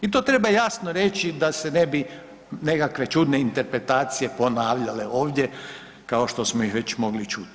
I to treba jasno reći da se ne bi nekakve čudne interpretacije ponavljale ovdje kao što ih već mogli čuti.